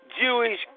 Jewish